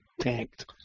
tanked